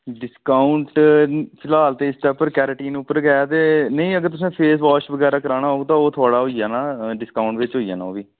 discount फिलहाल इस पर केरटीन पर गै ते नेईं अगर तुसें फेसवॉश बगैरा कराना होग ते ओह् होई जाना डिस्काऊंट बिच होई जाना ओह्बी